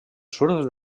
surf